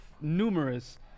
numerous